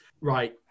Right